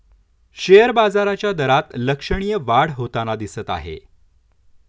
share बाजाराच्या दरात लक्षणीय वाढ होताना दिसत आहे